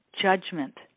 judgment